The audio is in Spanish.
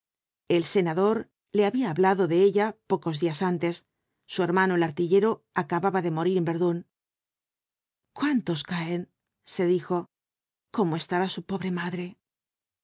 el senador le había hablado de ella pocos días antes su hermano el artillero acababa de morir en verdún cuántos caen se dijo cómo estará su pobre madrel